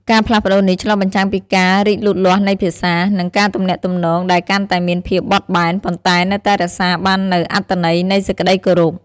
ការផ្លាស់ប្តូរនេះឆ្លុះបញ្ចាំងពីការរីកលូតលាស់នៃភាសា និងការទំនាក់ទំនងដែលកាន់តែមានភាពបត់បែន ប៉ុន្តែនៅតែរក្សាបាននូវអត្ថន័យនៃសេចក្ដីគោរព។